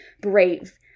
Brave